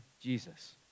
Jesus